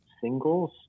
singles